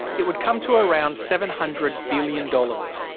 it would come to around seven hundred billion dollars.